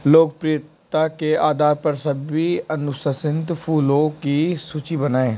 लोकप्रियता के आधार पर सभी अनुससंत फूलों की सूची बनाएँ